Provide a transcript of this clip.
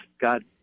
God